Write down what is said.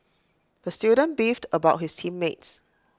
the student beefed about his team mates